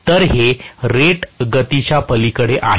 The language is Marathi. तर हे रेटेड गतीच्या पलीकडे आहे